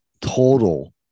total